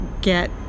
get